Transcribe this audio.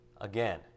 Again